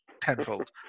tenfold